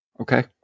Okay